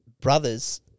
brothers